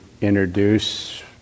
introduce